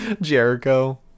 Jericho